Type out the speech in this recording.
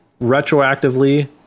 retroactively